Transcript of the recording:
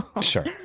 Sure